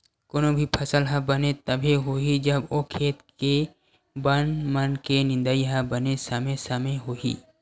कोनो भी फसल ह बने तभे होही जब ओ खेत के बन मन के निंदई ह बने समे समे होही